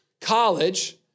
college